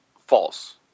false